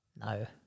No